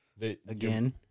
Again